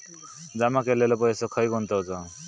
जमा केलेलो पैसो खय गुंतवायचो?